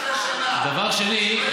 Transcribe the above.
15 שנה, שלא יהיה חרדי אחד שיעבור.